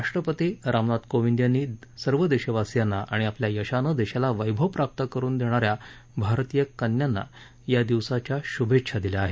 राष्ट्रपती रामनाथ कोविंद यांनी सर्व देशवासीयांना आणि आपल्या यशानं देशाला वैभव प्राप्त करून देणाऱ्या भारतीय कन्यांना या दिवसाच्या शूभेच्छा दिल्या आहेत